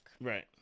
right